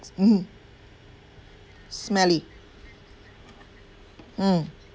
mm smelly mm